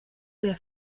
der